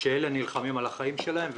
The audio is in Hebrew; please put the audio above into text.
כשאלה נלחמים על החיים שלהם,